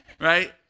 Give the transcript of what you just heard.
right